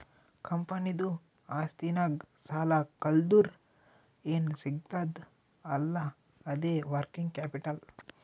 ಕಂಪನಿದು ಆಸ್ತಿನಾಗ್ ಸಾಲಾ ಕಳ್ದುರ್ ಏನ್ ಸಿಗ್ತದ್ ಅಲ್ಲಾ ಅದೇ ವರ್ಕಿಂಗ್ ಕ್ಯಾಪಿಟಲ್